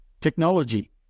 technology